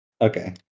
Okay